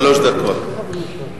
שלוש דקות.